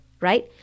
right